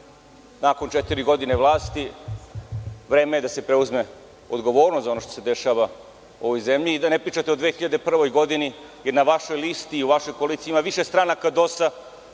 Nakon četiri godine vlasti vreme je da se preuzme odgovornost za ono što se dešava u ovoj zemlji i da ne pričate o 2001. godini, jer na vašoj listi i u vašoj koaliciji ima više stranaka